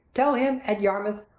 tell him, at yarmouth,